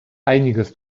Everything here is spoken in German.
einiges